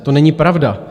To není pravda.